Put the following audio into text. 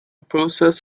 process